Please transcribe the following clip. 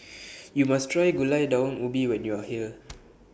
YOU must Try Gulai Daun Ubi when YOU Are here